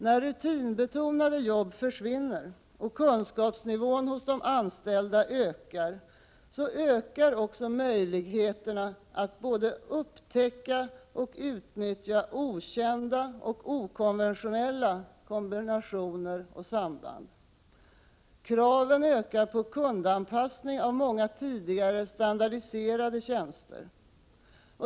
När rutinbetonade jobb försvinner och kunskapsnivån hos de anställda höjs, ökar också möjligheterna att både upptäcka och utnyttja okända och okonventionella kombinationer och samband. Kraven ökar på kundanpassning av många tidigare standardiserade tjänster.